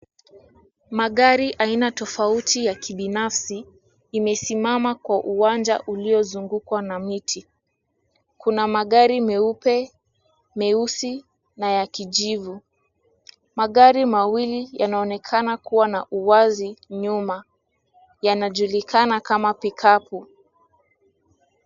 Magari aina tofauti ya kibinafsi imesimama kwa uwanja uliozungukwa na miti. Kuna magari meupe , meusi na ya kijivu. Magari mawili yanaonekana kuwa na uwazi nyuma, yanajulikana kama pickup .